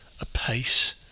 apace